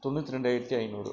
தொண்ணூற்றி ரெண்டாயிரத்தி ஐநூறு